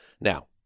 Now